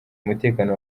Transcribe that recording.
umutekano